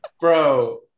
Bro